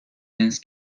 جنس